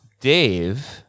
Dave